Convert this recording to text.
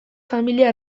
familia